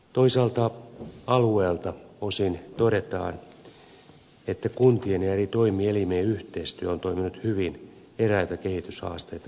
toisaalta alueelta osin todetaan että kuntien ja eri toimielimien yhteistyö on toiminut hyvin eräitä kehityshaasteita lukuun ottamatta